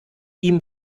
ihm